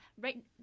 right